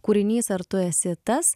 kūrinys ar tu esi tas